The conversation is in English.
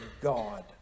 God